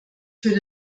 für